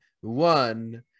one